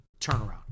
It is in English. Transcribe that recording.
turnaround